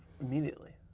immediately